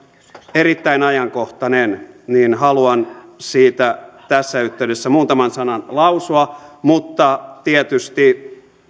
erittäin ajankohtainen niin haluan siitä tässä yhteydessä muutaman sanan lausua mutta tietysti